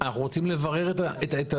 אנחנו רוצים לברר את הזה,